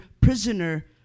prisoner